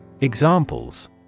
Examples